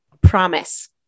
promise